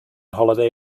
holiday